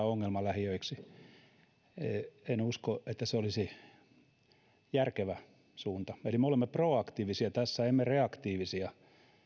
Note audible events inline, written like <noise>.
<unintelligible> ongelmalähiöiksi en usko että se olisi järkevä suunta eli me olemme proaktiivisia tässä emme reaktiivisia